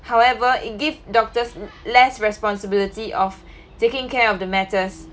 however it give doctors less responsibility of taking care of the matters